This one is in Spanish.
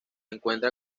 encuentra